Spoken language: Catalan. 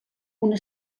una